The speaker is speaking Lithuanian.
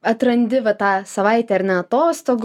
atrandi va tą savaitę ar ne atostogų